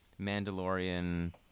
Mandalorian